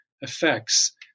effects